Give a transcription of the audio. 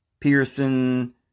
Pearson